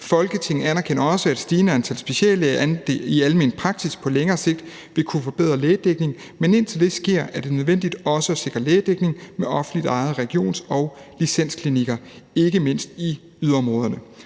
Folketinget anerkender også, at et stigende antal speciallæger i almen praksis på længere sigt vil kunne forbedre lægedækningen, men indtil det sker, er det nødvendigt også at sikre lægedækning med offentligt ejede regions- og licensklinikker, ikke mindst i yderområderne.